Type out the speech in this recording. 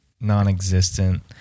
non-existent